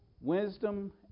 Wisdom